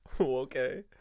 okay